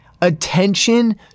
attention